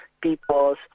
peoples